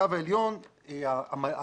הקו העליון המלא,